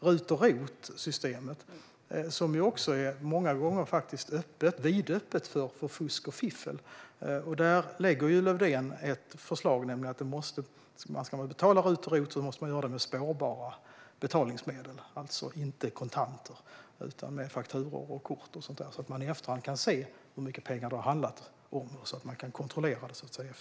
Systemet med RUT och ROT är också många gånger vidöppet för fusk och fiffel. Lövdén har lagt fram ett förslag om att det ska krävas att man betalar för RUT-tjänster och ROT-tjänster med spårbara betalningsmedel, alltså inte med kontanter utan med fakturor eller kort, så att det i efterhand ska gå att kontrollera det hela och se hur mycket pengar det har handlat om.